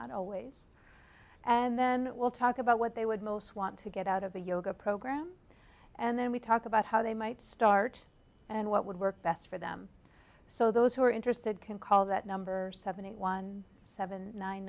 not always and then we'll talk about what they would most want to get out of a yoga program and then we talk about how they might start and what would work best for them so those who are interested can call that number seventy one seven nine